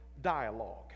dialogue